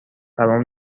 برام